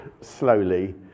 slowly